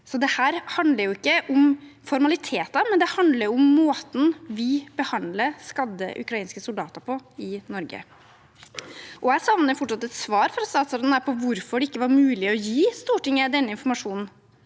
Dette handler ikke om formaliteter, det handler om måten vi behandler skadde ukrainske soldater på i Norge. Jeg savner fortsatt et svar fra statsråden på hvorfor det ikke var mulig å gi Stortinget denne informasjonen.